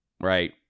Right